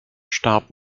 starb